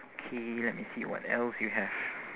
K let me see what else you have